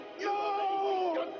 No